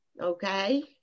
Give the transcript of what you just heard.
Okay